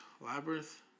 Labyrinth